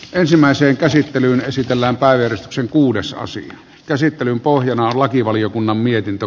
ensimmäiseen käsittelyyn esitellään baijeri sinkkuudessasi käsittelyn pohjana lakivaliokunnan mietintö